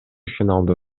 финалда